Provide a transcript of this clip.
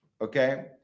okay